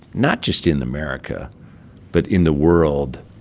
not just in america but in the world,